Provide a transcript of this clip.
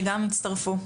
שגם הצטרפו.